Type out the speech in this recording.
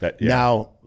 Now